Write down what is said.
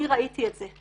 אני ראיתי את זה.